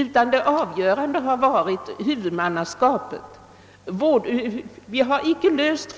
utskottet har emellertid varit huvudmannaskapet.